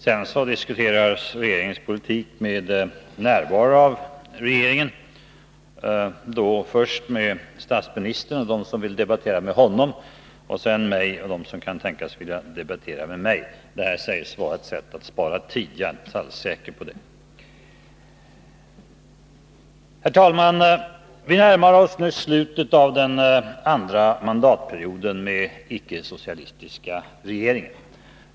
Sedan diskuteras regeringens politik med närvaro av regeringen — då först av statsministern och dem som vill debattera med honom och därefter av mig och dem som kan tänkas vilja debattera med mig. Detta sägs vara ett sätt att spara tid. Jag är inte alls säker på att så är fallet. Herr talman! Vi närmar oss nu slutet av den andra mandatperioden med icke-socialistiska regeringar.